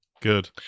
Good